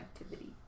activity